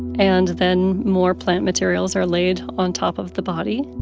and then more plant materials are laid on top of the body,